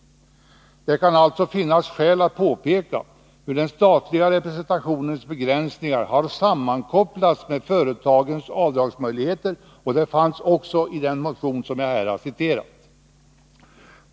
Det kan allstå finnas skäl att påpeka hur begränsningarna av den statliga representationen har sammankopplats med företagens avdragsmöjligheter. Detta har också berörts i den motion jag här har citerat.